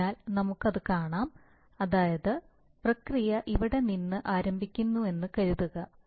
അതിനാൽ നമുക്ക് അത് കാണാം അതായത് പ്രക്രിയ ഇവിടെ നിന്ന് ആരംഭിക്കുന്നുവെന്ന് കരുതുക